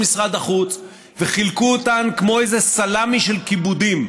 משרד החוץ וחילקו אותן כמו איזה סלמי של כיבודים: